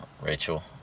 Rachel